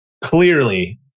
clearly